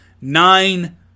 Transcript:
nine